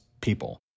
people